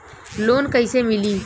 Loan कईसे मिली?